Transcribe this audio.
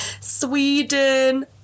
Sweden